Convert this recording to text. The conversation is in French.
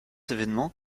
événements